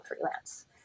freelance